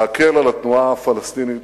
להקל על התנועה הפלסטינית,